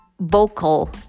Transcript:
vocal